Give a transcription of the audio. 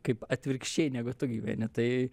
kaip atvirkščiai negu tu gyveni tai